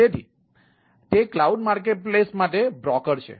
તેથી તે cloud marketplace છે